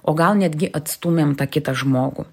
o gal netgi atstūmėm tą kitą žmogų